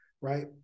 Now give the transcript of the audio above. right